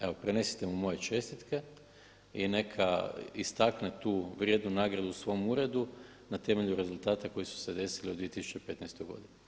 Evo prenesite mu moje čestitke i neka istakne tu vrijednu nagradu u svom uredu na temelju rezultata koji su se desili u 2015. godini.